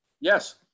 Yes